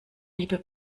liebe